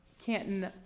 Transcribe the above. Canton